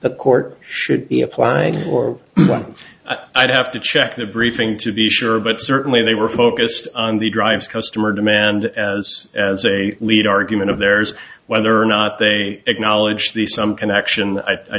the court should be applying or i don't have to check the briefing to be sure but certainly they were focused on the drives customer demand as as a lead argument of theirs whether or not they acknowledge the some connection i